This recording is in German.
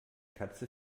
katze